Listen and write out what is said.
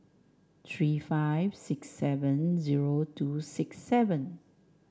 three five six seven zero two six seven